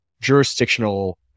jurisdictional